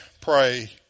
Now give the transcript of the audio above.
pray